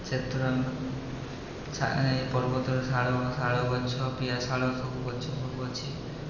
ସେଥିରୁ ଆମେ ଏ ପର୍ବତରେ ଶାଳ ଶାଳ ଗଛ ପିଆଶାଳ ସବୁ ଗଛ ସବୁ ଅଛି